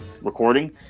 recording